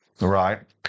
Right